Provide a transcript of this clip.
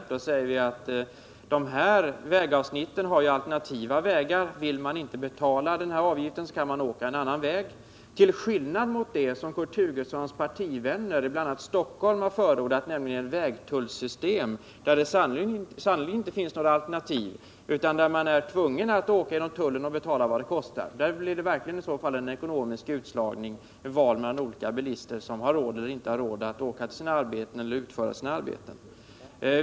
På det vill jag svara: Till de här vägavsnitten finns det alternativa vägar. Vill man inte betala avgiften kan man åka en annan väg — till skillnad mot förhållandet när det gäller det som Kurt Hugossons partivänner i bl.a. Stockholm har förordat, nämligen ett vägtullsystem, där det sannerligen inte finns några alternativ utan där man är tvungen att åka genom tullen och betala vad det kostar. Där blir det verkligen en ekonomisk utslagning, ett urval mellan olika bilister, som har råd eller inte råd att åka bil till sina arbeten.